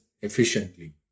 efficiently